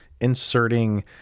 inserting